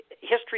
History